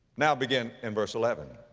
now begin in verse eleven,